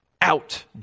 Out